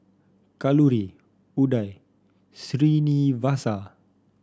Kalluri Udai Srinivasa